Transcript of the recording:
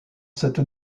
cette